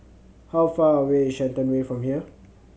how far away is Shenton Way from here